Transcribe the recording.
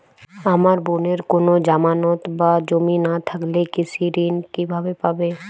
আমার বোনের কোন জামানত বা জমি না থাকলে কৃষি ঋণ কিভাবে পাবে?